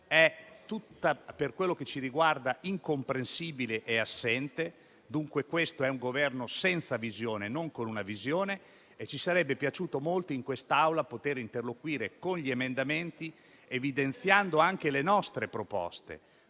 per quello che ci riguarda è incomprensibile e assente, quindi questo è un Governo senza visione e ci sarebbe piaciuto molto in quest'Aula poter interloquire con gli emendamenti evidenziando anche le nostre proposte,